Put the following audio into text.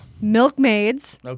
Milkmaids